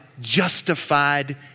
justified